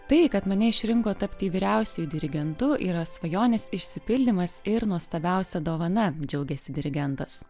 tai kad mane išrinko tapti vyriausiuoju dirigentu yra svajonės išsipildymas ir nuostabiausia dovana džiaugėsi dirigentas